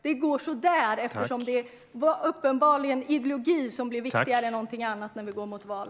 Det går så där, eftersom ideologi uppenbarligen är viktigare än någonting annat när vi går mot val.